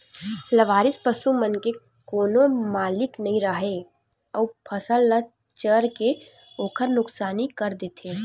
लवारिस पसू मन के कोनो मालिक नइ राहय अउ फसल ल चर के ओखर नुकसानी कर देथे